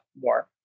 more